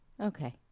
Okay